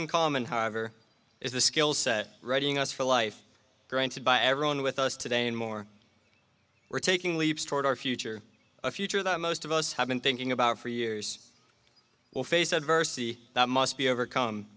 in common however is the skill set readying us for life granted by everyone with us today and more we're taking leaps toward our future a future that most of us have been thinking about for years will face adversity that must be overcome